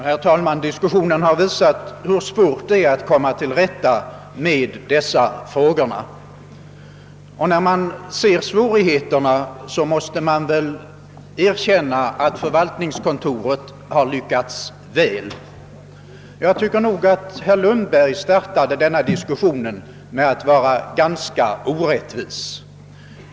Herr talman! Denna diskussion har visat hur svårt det är att komma till rätta med de frågor det här gäller, och när man ser svårigheterna måste man erkänna att förvaltningskontoret har lyckats väl. Jag tycker att herr Lundberg inledde diskussionen med att vara ganska orättvis.